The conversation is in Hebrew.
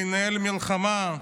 לנהל מלחמה,